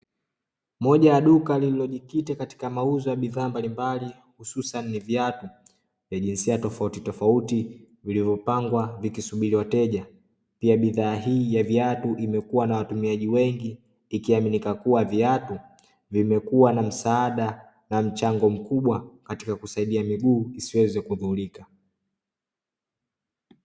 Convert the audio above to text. Moja ya duka lililo jikita katika mauzo ya bidhaa mbalimbali hususani ni viatu vya jinsia tofauti tofauti vilivyo pangwa vikisubiri wateja, pia bidhaa hii ya viatu imekua na watumiaji wengi ikiaminika kua viatu vimekua na msaada na mchango mkubwa katika kusaidia miguu isiweze kuzurika.